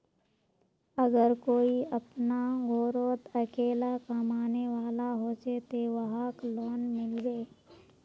अगर कोई अपना घोरोत अकेला कमाने वाला होचे ते वहाक लोन मिलबे?